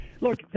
look